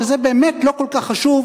שזה באמת לא כל כך חשוב